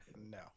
No